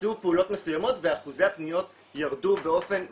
נעשו פעולות מסוימות ואחוזי הפניות ירדו באופן מפתיע.